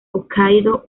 hokkaido